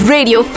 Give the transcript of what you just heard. Radio